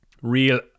real